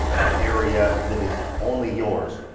an area that is only yours,